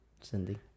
Cindy